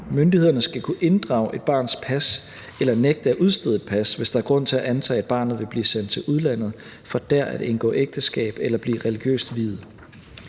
Myndighederne skal kunne inddrage et barns pas eller nægte at udstede et pas, hvis der er grund til at antage, at barnet vil blive sendt til udlandet for dér at indgå ægteskab eller blive religiøst viet.